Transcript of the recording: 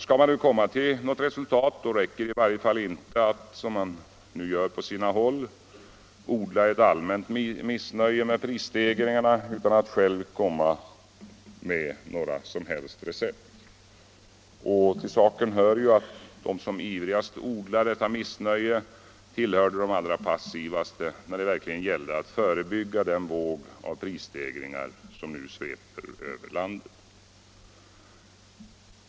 Skall man komma till något resultat räcker det i varje fall inte att —- som man nu gör på sina håll — odla ett allmänt missnöje med prisstegringarna utan att själv komma med några som helst recept. Till saken hör ju att de som ivrigast odlar detta missnöje tillhörde de allra passivaste när det verkligen gällde att förebygga den våg av prisstegringar som nu sveper över landet.